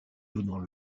donnant